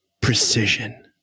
precision